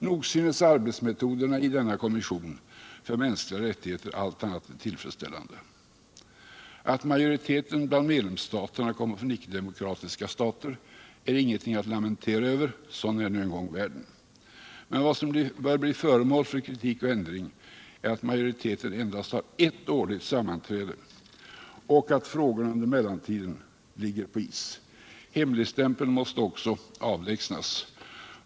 Nog syns arbetsmetoderna i denna kommission för mänskliga rättigheter allt annat än tillfredsställande! Att majoriteten bland de 32 medlemsnationerna kommer från icke demokratiska stater är inget att lamentera över. Sådan är nu en gång världen. Men vad som bör bli föremål för kritik och ändring är att majoriteten endast har ert årligt sammanträde och att frågorna under mellantiden ligger på is. Också hemligstämpeln måste avlägsnas.